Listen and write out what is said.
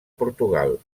portugal